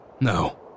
No